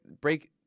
break –